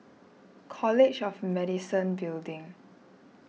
College of Medicine Building